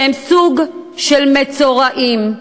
שהם סוג של מצורעים?